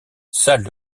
salles